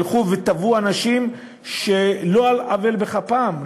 הלכו ותבעו אנשים על לא עוול בכפם.